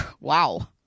wow